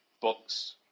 books